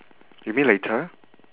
you mean later